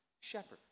shepherds